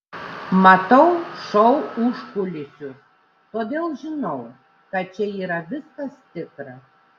matau šou užkulisius todėl žinau kad čia yra viskas tikra